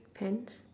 pants